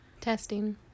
Testing